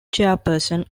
chairperson